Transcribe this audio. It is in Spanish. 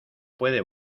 puede